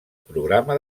programa